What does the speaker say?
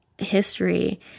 history